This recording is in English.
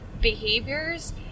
behaviors